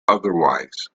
otherwise